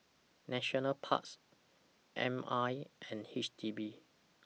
National Parks M I and H D B